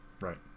right